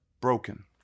broken